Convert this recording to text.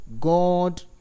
god